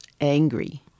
angry